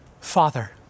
Father